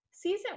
Season